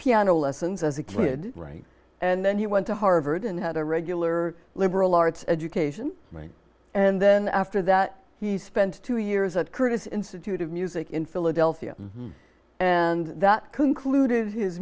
piano lessons as a kid right and then he went to harvard and had a regular liberal arts education right and then after that he spent two years at curtis institute of music in philadelphia and that concluded his